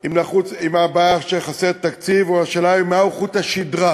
אם הבעיה היא שחסר, או מהו חוט השדרה